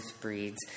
breeds